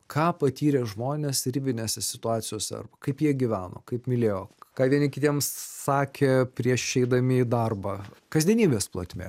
ką patyrė žmones ribinėse situacijose arba kaip jie gyveno kaip mylėjo ką vieni kitiems sakė prieš išeidami į darbą kasdienybės plotmė